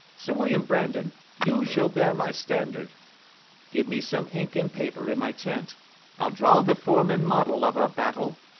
sir william brandon, you shall bear my standard give me some ink and paper in my tent i'll draw the form and model of our battle,